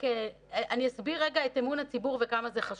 אני אסביר את אמון הציבור וכמה זה חשוב.